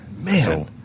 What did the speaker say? Man